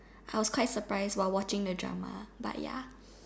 I was quite surprised while watching the drama but ya